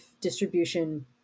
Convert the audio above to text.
distribution